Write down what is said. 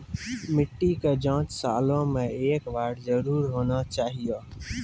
मिट्टी के जाँच सालों मे एक बार जरूर होना चाहियो?